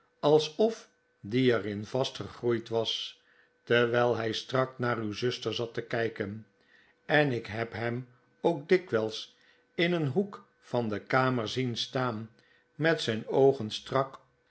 alsof die er in vastgegroeid was terwijl hij strak naar uw zuster zat te kijken en ik heb hem ook dikwijls in een hoek van de kamer zien staan met zijn oogen strak